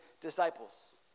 disciples